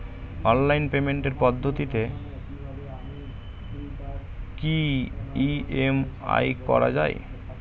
Online পেমেন্টের পদ্ধতিতে কি ই.এম.আই করা যায়?